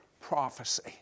prophecy